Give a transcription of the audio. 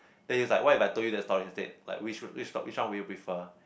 then he just like what if I told you that story instead like which which sto~ which one would you prefer